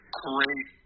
great